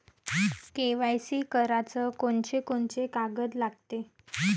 KYC कराच कोनचे कोनचे कागद लागते?